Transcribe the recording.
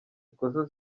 ikosa